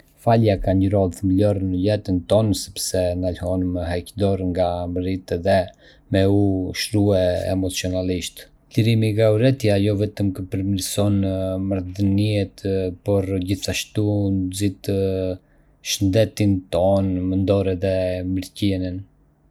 Falja ka një rol themelor në jetën tonë sepse na lejon me heq dorë nga mëritë edhe me u shërue emocionalisht. Lirimi nga urrejtja jo vetëm që përmirëson marrëdhëniet, por gjithashtu nxit shëndetin tonë mendor edhe mirëqenien.